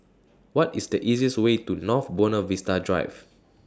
What IS The easiest Way to North Buona Vista Drive